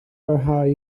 barhau